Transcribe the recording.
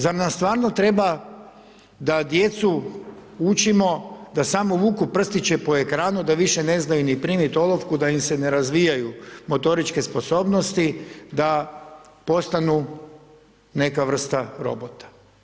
Zar nam stvarno treba da djecu učimo da samo vuku prstiće po ekranu, da biše ne znaju ni primiti olovku, da im se ne razvijaju motoričke sposobnosti, da postanu neka vesta robota?